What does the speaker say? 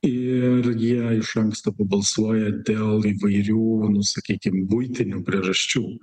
ir jie iš anksto pabalsuoja dėl įvairių nu sakykim buitinių priežasčių